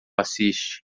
assiste